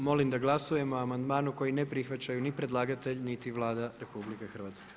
Molim da glasujemo o amandmanu koji ne prihvaća ni predlagatelj niti Vlada RH.